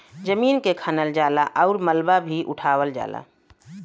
जमीन के खनल जाला आउर मलबा भी उठावल जाला